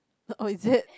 oh is it